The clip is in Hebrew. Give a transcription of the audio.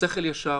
שכל ישר,